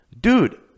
dude